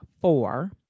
four